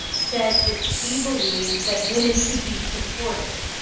said that she believes that women should be supported.